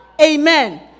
Amen